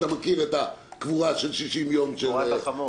אתה מכיר את הקבורה של 60 יום של החלטות.